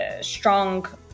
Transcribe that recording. strong